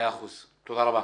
מאה אחוז, תודה רבה.